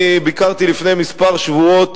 ביקרתי לפני כמה שבועות